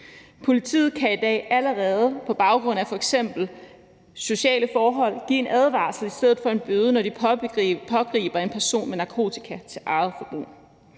Politiet kan i dag allerede på baggrund af f.eks. sociale forhold give en advarsel i stedet for en bøde, når de pågriber en person med narkotika til eget forbrug.